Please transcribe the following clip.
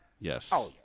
Yes